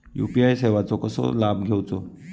UPI सेवाचो कसो लाभ घेवचो?